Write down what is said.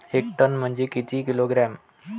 एक टन म्हनजे किती किलोग्रॅम?